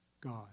God